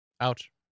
Ouch